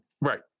Right